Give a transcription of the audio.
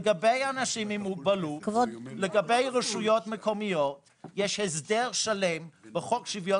לגבי אנשים עם מוגבלות ברשויות מקומיות יש הסדר שלם בחוק שוויון